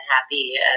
happy